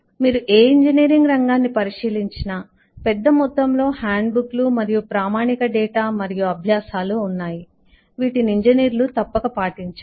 మీరు ఏ ఇంజనీరింగ్ రంగాన్ని పరిశీలించినా పెద్ద మొత్తంలో హ్యాండ్బుక్లు మరియు ప్రామాణిక డేటా మరియు అభ్యాసాలు ఉన్నాయి వీటిని ఇంజనీర్లు తప్పక పాటించాలి